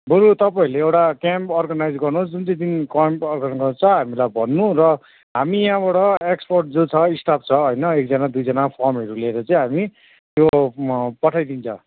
बरू तपाईँहरूले एउटा क्याम्प अर्गनाइज गर्नुहोस् जुन चाहिँ दिन क्याम्प अर्गनाइज गर्छ हामीलाई भन्नु र हामी यहाँबाट एक्सपर्ट जो छ स्टाफ छ होइन एकजना दुईजना फर्महरू लिएर चाहिँ हामी त्यो पठाइदिन्छ